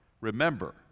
Remember